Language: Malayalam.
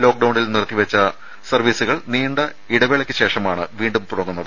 ലോക്ഡൌണിൽ നിർത്തിവെച്ച സർവ്വീസുകൾ നീണ്ട ഇടവേളക്ക് ശേഷമാണ് വീണ്ടും തുടങ്ങുന്നത്